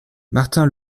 martin